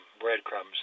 breadcrumbs